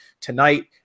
tonight